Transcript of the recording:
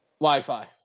Wi-Fi